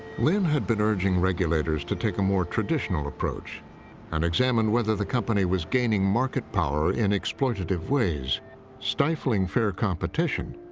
lynn had been urging regulators to take a more traditional approach and examine whether the company was gaining market power in exploitative ways stifling fair competition,